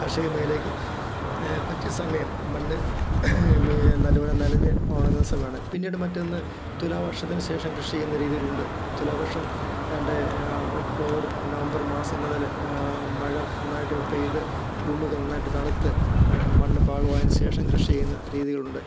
കാർഷിക മേഖലക്ക് പറ്റിയ സമയം മണ്ണ് നല്ലപോലെ നനഞ്ഞ് ഉണങ്ങുന്ന സമയമാണ് പിന്നീട് മറ്റൊന്ന് തുലാവർഷത്തിനു ശേഷം കൃഷിയ്യ്ന്ന രീതികളുണ്ട് തുലാവർഷം ഏതാണ്ട് ഒക്ടോബര് നവംബര് മാസങ്ങളില് മഴ നന്നായിട്ട് പെയ്ത് ഭൂമിയൊക്ക നന്നായിട്ട് തണുത്തു മണ്ണ് പാകമായതിനുശേഷം കൃഷിചെയ്യുന്ന രീതികളുണ്ട്